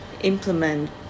implement